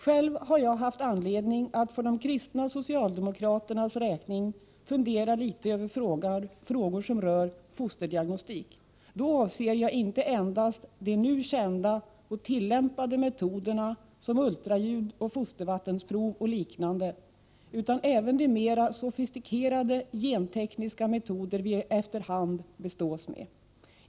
Själv har jag haft anledning att för de kristna socialdemokraternas räkning fundera litet över frågor som rör fosterdiagnostik. Då avser jag inte endast de nu kända och tillämpade metoderna, som ultraljud och fostervattensprov, utan även de mera sofistikerade gentekniska metoder vi efter hand bestås med.